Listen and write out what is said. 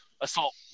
assault –